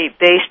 based